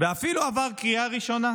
ואפילו עבר קריאה ראשונה.